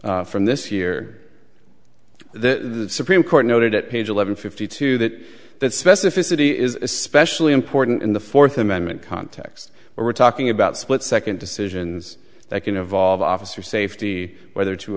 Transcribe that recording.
hughes from this year the supreme court noted at page eleven fifty two that that specificity is especially important in the fourth amendment context we're talking about split second decisions that can evolve officer safety whether to